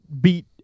beat